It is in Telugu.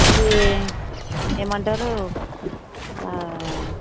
ఇది ఏమంటారు